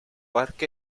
park